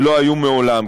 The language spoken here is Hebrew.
שלא היו מעולם,